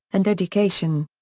and education.